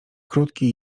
krótki